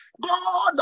God